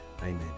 Amen